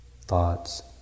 thoughts